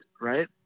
right